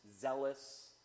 zealous